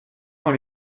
dans